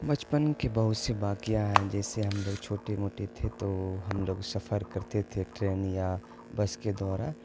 بچپن کی بہت سی واقعہ ہیں جیسے ہم لوگ چھوٹے موٹے تھے تو ہم لوگ سفر کرتے تھے ٹرین یا بس کے دوارا